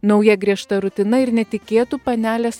nauja griežta rutina ir netikėtu panelės